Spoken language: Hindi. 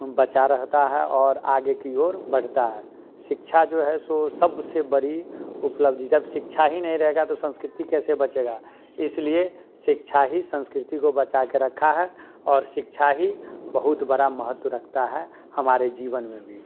बचा रहता है और आगे की ओर बढ़ता है शिक्षा जो है सबसे बड़ी उपलब्धि जब शिक्षा ही नहीं रहेगा तो संस्कृति कैसे बचेगा इसलिए शिक्षा ही संस्कृति को बचा के रखा है और शिक्षा ही बहुत बड़ा महत्व रखता है हमारे जीवन में भी